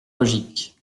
logique